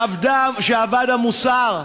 שאבד המוסר.